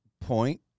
point